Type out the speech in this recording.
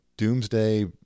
doomsday